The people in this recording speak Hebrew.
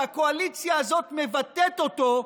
שהקואליציה הזאת מבטאת אותו,